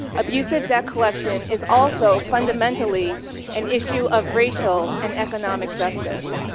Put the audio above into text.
abusive debt collection is also fundamentally an issue of racial and economic justice,